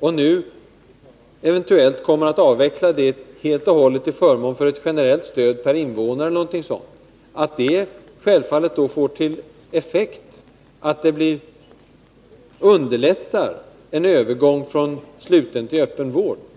Om det nu avvecklas helt och hållet till förmån för ett generellt stöd per invånare eller någonting sådant, får det självfallet till effekt att det underlättar en övergång från sluten till öppen vård.